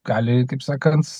gali kaip sakant